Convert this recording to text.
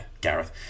Gareth